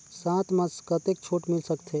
साथ म कतेक छूट मिल सकथे?